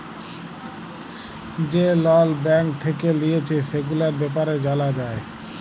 যে লল ব্যাঙ্ক থেক্যে লিয়েছে, সেগুলার ব্যাপারে জালা যায়